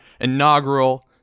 Inaugural